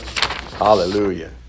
Hallelujah